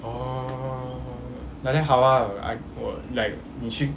orh like that 好 ah like 你去